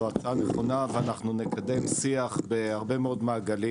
זו הצעה נכונה ואנחנו נקיים שיח בהרבה מאוד מעגלים